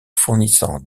fournissant